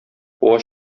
куа